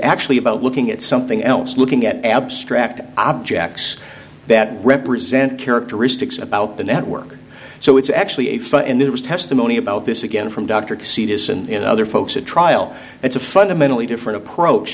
actually about looking at something else looking at abstract objects that represent characteristics about the network so it's actually a file and it was testimony about this again from dr c d s and other folks at trial it's a fundamentally different approach